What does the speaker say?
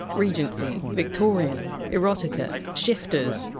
regency, victorian, erotica, shifters,